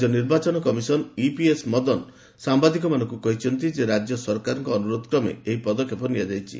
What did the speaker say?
ରାଜ୍ୟ ନିର୍ବାଚନ commissioner EPS Madan ସାମ୍ବାଦିକମାନଙ୍କୁ କହିଛନ୍ତି ଯେ ରାଜ୍ୟ ସରକାରଙ୍କ ଅନୁରୋଧକ୍ରମେ ଏହି ପଦକ୍ଷେପ ନିଆଯାଇଛି